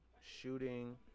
Shooting